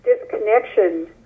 disconnection